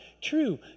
true